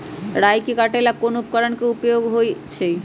राई के काटे ला कोंन उपकरण के उपयोग होइ छई?